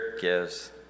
gives